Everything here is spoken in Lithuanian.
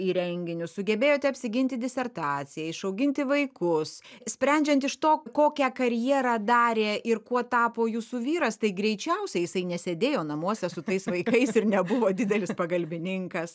į renginius sugebėjote apsiginti disertaciją išauginti vaikus sprendžiant iš to kokią karjerą darė ir kuo tapo jūsų vyras tai greičiausiai jisai nesėdėjo namuose su tais vaikais ir nebuvo didelis pagalbininkas